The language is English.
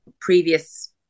previous